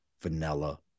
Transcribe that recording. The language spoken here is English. vanilla